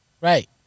Right